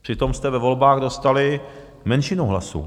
Přitom jste ve volbách dostali menšinu hlasů.